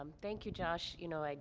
um thank you, josh. you know, like